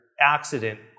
Accident